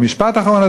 משפט אחרון,